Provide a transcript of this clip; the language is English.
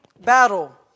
battle